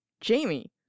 Jamie